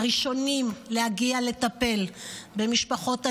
הראשונים להגיע לטפל במשפחות הנרצחים,